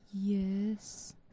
Yes